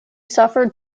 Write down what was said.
suffered